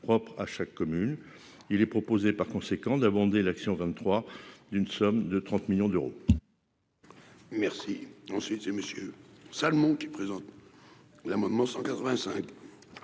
il est proposé par conséquent d'abonder l'action vingt-trois d'une somme de 30 millions d'euros.